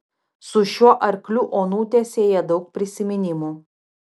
su šiuo arkliu onutę sieja daug prisiminimų